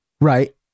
Right